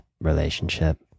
relationship